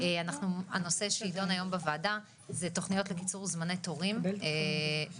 הנושא שנדון היום בוועדה הוא תכניות לקיצור זמני תורים בקהילה.